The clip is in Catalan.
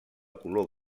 color